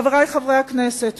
חברי חברי הכנסת,